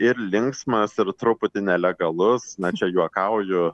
ir linksmas ir truputį nelegalus na čia juokauju